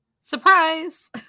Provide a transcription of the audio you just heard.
Surprise